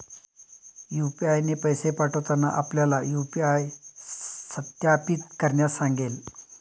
UPI ने पैसे पाठवताना आपल्याला यू.पी.आय सत्यापित करण्यास सांगेल